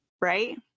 Right